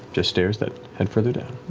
just stairs that head further down.